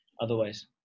otherwise